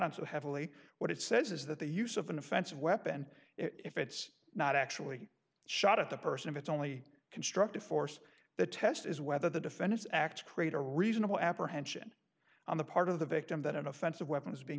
on so heavily what it says is that the use of an offensive weapon if it's not actually shot at the person of it's only constructive force the test is whether the defendant's acts create a reasonable apprehension on the part of the victim that an offensive weapon is being